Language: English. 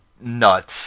nuts